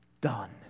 Done